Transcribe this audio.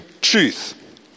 truth